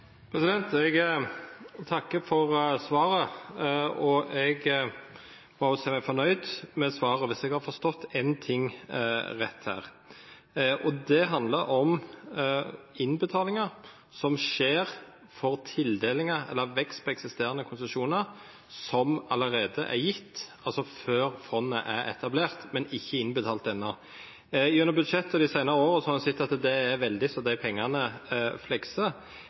Jeg takker for svaret, og jeg sier meg fornøyd med det hvis jeg har forstått en ting rett her. Det handler om innbetalinger for vekst på eksisterende konsesjoner som allerede er gitt, altså før fondet er etablert, men ikke innbetalt ennå. Gjennom budsjettene de siste årene har vi sett at det er veldig som de pengene flekser.